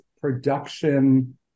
production